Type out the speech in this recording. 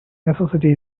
necessity